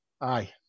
aye